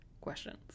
Questions